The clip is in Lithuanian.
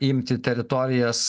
imti teritorijas